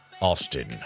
Austin